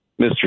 Mr